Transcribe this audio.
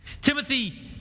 Timothy